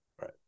Right